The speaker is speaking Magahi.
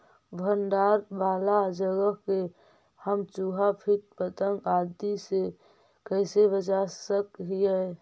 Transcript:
भंडार वाला जगह के हम चुहा, किट पतंग, आदि से कैसे बचा सक हिय?